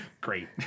great